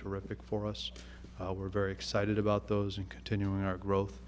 terrific for us we're very excited about those and continuing our growth